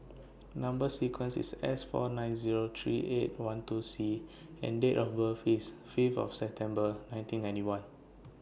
Number sequence IS S four nine Zero three eight one two C and Date of birth IS five of September nineteen ninety one